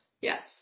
Yes